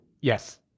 Yes